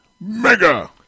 mega